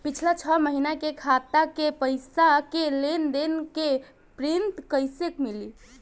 पिछला छह महीना के खाता के पइसा के लेन देन के प्रींट कइसे मिली?